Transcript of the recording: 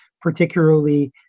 particularly